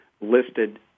listed